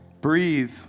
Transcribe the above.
breathe